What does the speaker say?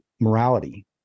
morality